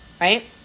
right